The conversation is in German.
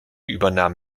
übernahm